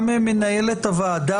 הוועדה,